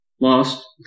lost